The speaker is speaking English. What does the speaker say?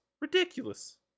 ridiculous